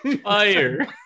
Fire